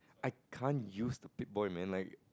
I can't use the pick boy man like